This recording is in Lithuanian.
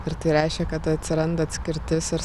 ir tai reiškia kad atsiranda atskirtis ir